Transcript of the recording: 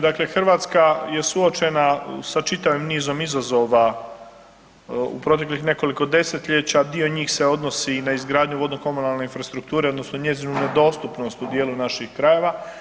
Dakle, Hrvatska je suočena sa čitavim nizom izazova u proteklih nekoliko desetljeća, dio njih se odnosi na izgradnju vodnokomunalne infrastrukture odnosno njezinu nedostupnost u dijelu naših krajeva.